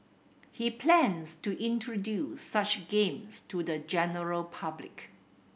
he plans to introduce such games to the general public